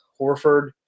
Horford